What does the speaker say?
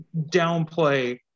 downplay